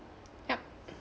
yup